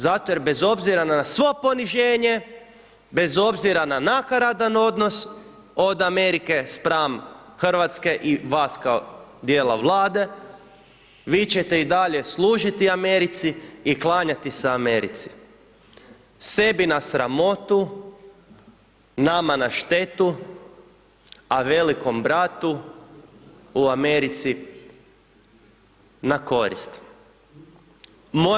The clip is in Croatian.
Zato jer bez obzira na svo poniženje, bez obzira na nakaradan odnos od Amerike spram Hrvatske i vas kao dijela vlade, vi ćete i dalje služiti Americi i klanjati se Americi, sebi na sramotu, nama na štetu, a velikom b ratu u Americi na korist.